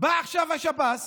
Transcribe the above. בא עכשיו השב"ס